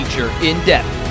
in-depth